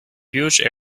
huge